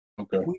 Okay